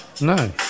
No